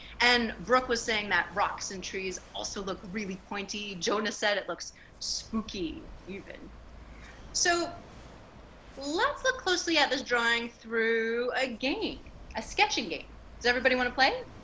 and brooke was saying that rocks and trees also look really pointy jonah said it looks spooky even so let's look closely i was drawing through a game i sketching game does everybody want to play